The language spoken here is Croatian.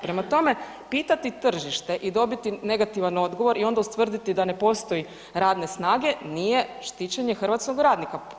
Prema tome, pitati tržište i dobiti negativan odgovor i onda ustvrditi da ne postoji radne snage nije štićenje hrvatskog radnika.